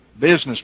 business